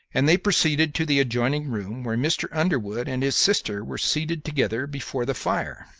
and they proceeded to the adjoining room, where mr. underwood and his sister were seated together before the fire.